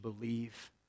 believe